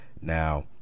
Now